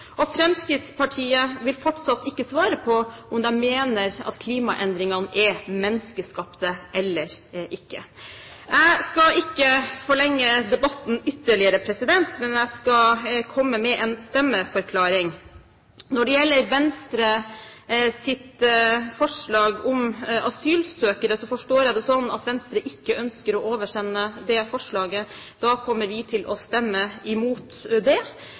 klasse. Fremskrittspartiet vil fortsatt ikke svare på om de mener at klimaendringene er menneskeskapte eller ikke. Jeg skal ikke forlenge debatten ytterligere, men jeg skal komme med en stemmeforklaring. Når det gjelder Venstres forslag om asylsøkere, forstår jeg det slik at Venstre ikke ønsker å oversende det forslaget. Da kommer vi til å stemme imot det.